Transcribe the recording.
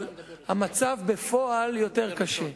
אבל המצב בפועל יותר קשה,